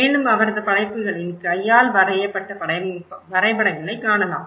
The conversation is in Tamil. மேலும் அவரது படைப்புகளின் கையால் வரையப்பட்ட வரைபடங்களை காணலாம்